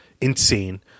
insane